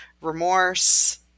remorse